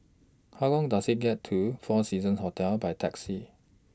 How Long Does IT get to four Seasons Hotel By Taxi